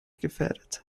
gefährdet